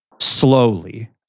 slowly